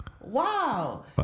Wow